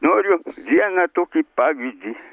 noriu vieną tokį pavyzdį